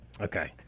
Okay